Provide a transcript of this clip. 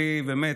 באמת,